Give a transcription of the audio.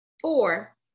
Four